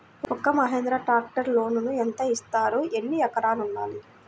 ఒక్క మహీంద్రా ట్రాక్టర్కి లోనును యెంత ఇస్తారు? ఎన్ని ఎకరాలు ఉండాలి?